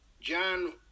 John